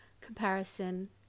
comparison